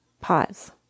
pause